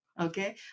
okay